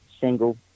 single